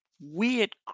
weird